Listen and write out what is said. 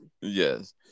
Yes